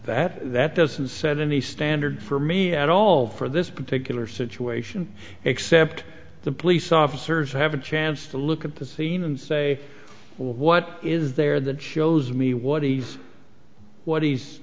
that that doesn't set in the standard for me at all for this particular situation except the police officers have a chance to look at the scene and say what is there that shows me what he's what he's